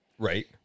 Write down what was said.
Right